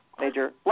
Major